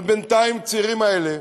אבל בינתיים הצעירים האלה,